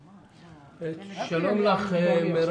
מהחיים"